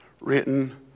written